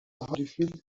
هالیفیلد